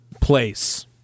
place